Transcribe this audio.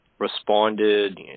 Responded